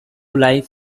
live